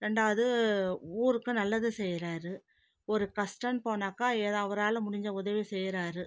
ரெண்டாவது ஊருக்கு நல்லது செய்கிறாரு ஒரு கஷ்டன்னு போனாக்க எதா அவரால் முடிஞ்ச உதவி செய்கிறாரு